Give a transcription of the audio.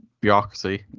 bureaucracy